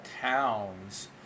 towns